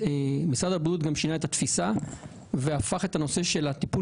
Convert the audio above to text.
משרד הבריאות גם שינה את התפיסה והפך את הנושא של הטיפול